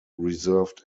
reserved